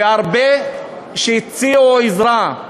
והרבה שהציעו עזרה.